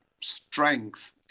strength